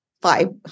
five